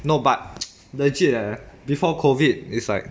no but legit leh before COVID it's like